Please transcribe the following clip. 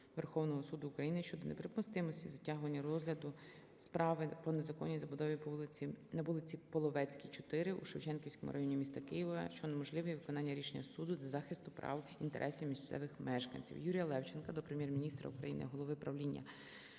Верховного Суду України щодо неприпустимості затягування розгляду справи по незаконній забудові на вулиці Половецькій, 4 у Шевченківському районі міста Києва, що унеможливлює виконання рішення суду та захист прав і інтересів місцевих мешканців. Юрія Левченка до Прем'єр-міністра України, голови правління